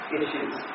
issues